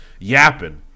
Yapping